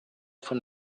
von